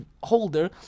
holder